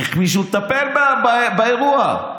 מישהו צריך לטפל באירוע,